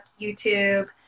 YouTube